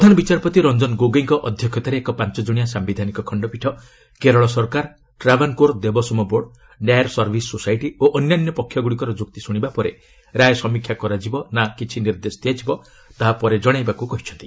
ପ୍ରଧାନ ବିଚାରପତି ରଞ୍ଜନ ଗୋଗୋଇଙ୍କ ଅଧ୍ୟକ୍ଷତାରେ ଏକ ପାଞ୍ଚଜଣିଆ ସାୟିଧାନିକ ଖଣ୍ଡପୀଠ କେରଳ ସରକାର Travancore Devaswom board Nair service society ଓ ଅନ୍ୟାନ୍ୟ ପକ୍ଷଗୁଡିକର ଯୁକ୍ତି ଶୁଶିବା ପରେ ରାୟ ସମୀକ୍ଷ କରାଯିବା ନା କିଛି ନିର୍ଦ୍ଦେଶ ଦିଆଯିବ ତାହା ପରେ ଜଣାଇବାକୁ କହିଛନ୍ତି